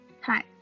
Hi